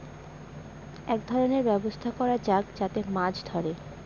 এক ধরনের ব্যবস্থা করা যাক যাতে মাছ ধরে